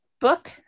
book